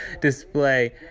display